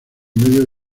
medio